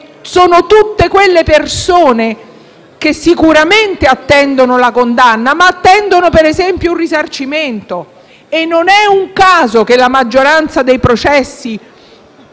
sono tutte quelle persone che sicuramente attendono la condanna, ma attendono, per esempio, anche un risarcimento. Non è un caso che la maggioranza dei processi